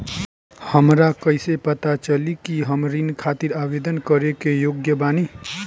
हमरा कईसे पता चली कि हम ऋण खातिर आवेदन करे के योग्य बानी?